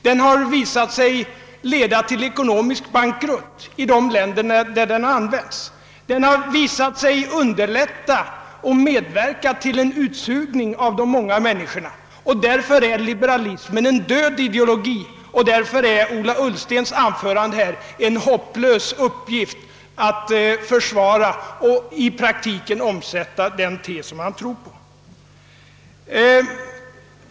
Den har visat sig leda till ekonomisk bankrutt i de länder där den har använts, den har visat sig underlätta och medverka till en utsugning av de många människorna. Därför är liberalismen en död ideologi och därför är det en hopplös uppgift att, som Ola Ullsten försökte här, försvara eller i praktiken omsätta den tes han tror på.